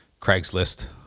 Craigslist